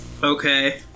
Okay